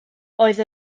oedd